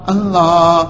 Allah